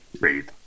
Breathe